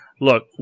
Look